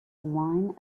line